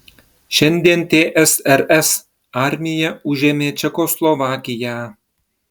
šiandien tsrs armija užėmė čekoslovakiją